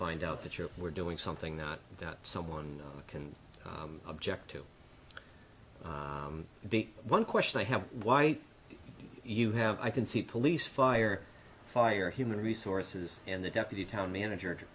find out that you were doing something that that someone can object to the one question i have why you have i can see police fire fire human resources and the deputy town manager